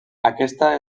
aquesta